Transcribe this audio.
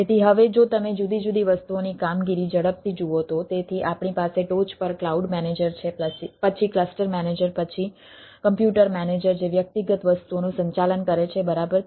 તેથી હવે જો તમે જુદી જુદી વસ્તુઓની કામગીરી ઝડપથી જુઓ તો તેથી આપણી પાસે ટોચ પર ક્લાઉડ મેનેજર છે પછી ક્લસ્ટર મેનેજર પછી કોમ્પ્યુટર મેનેજર જે વ્યક્તિગત વસ્તુઓનું સંચાલન કરે છે બરાબર